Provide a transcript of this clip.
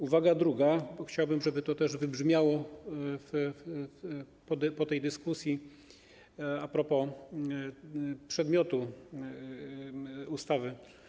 Uwaga druga - chciałbym, żeby to też wybrzmiało po tej dyskusji a propos przedmiotu ustawy.